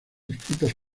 escritas